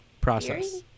Process